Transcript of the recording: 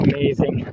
Amazing